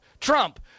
Trump